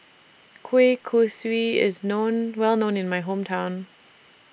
Kueh Kosui IS known Well known in My Hometown